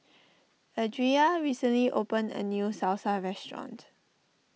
Adria recently opened a new Salsa restaurant